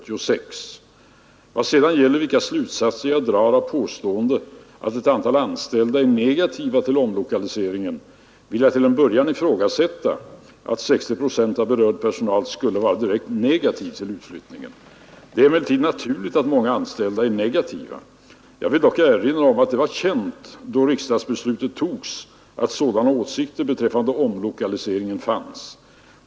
Vad sedan gäller vilka slutsatser jag drar av påståendet att ett antal anställda är negativa till omlokaliseringen vill jag till en början ifrågasätta att 60 procent av berörd personal skulle vara direkt negativa till utflyttningen. Det är naturligt att många anställda är negativa. Jag vill dock erinra om att det var känt då riksdagsbeslutet togs att sådana åsikter beträffande omlokaliseringen fanns.